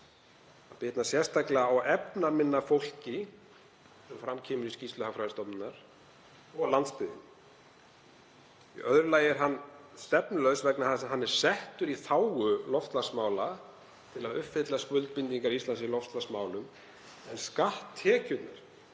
og bitnar sérstaklega á efnaminna fólki, eins og fram kemur í skýrslu Hagfræðistofnunar, og landsbyggðinni. Í öðru lagi er hann stefnulaus vegna þess að hann er settur í þágu loftslagsmála, til að uppfylla skuldbindingar Íslands í loftslagsmálum, en skatttekjurnar